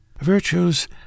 Virtues